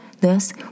Thus